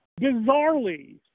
bizarrely